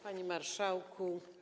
Panie Marszałku!